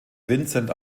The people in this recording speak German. vincent